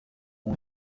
ont